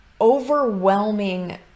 overwhelming